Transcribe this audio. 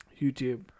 YouTube